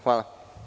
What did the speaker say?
Hvala.